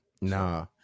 Nah